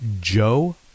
Joe